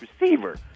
receiver